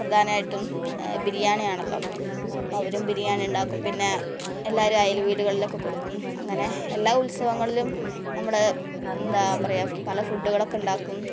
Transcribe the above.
പ്രധാനമായിട്ടും ബിരിയാണി ആണല്ലോ അപ്പം അവരും ബിരിയാണി ഉണ്ടാക്കും പിന്നെ എല്ലാവരും അയൽ വീടുകളിലൊക്കെ കൊടുക്കും അങ്ങനെ എല്ലാ ഉത്സവങ്ങളിലും നമ്മൾ എന്താണ് പറയുക പല ഫുഡ്ഡുകളൊക്കെ ഉണ്ടാക്കും